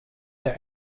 der